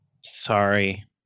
sorry